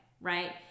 right